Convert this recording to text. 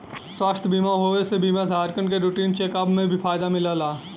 स्वास्थ्य बीमा होये से बीमा धारकन के रूटीन चेक अप में भी फायदा मिलला